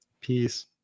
Peace